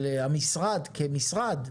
אבל המשרד כמשרד,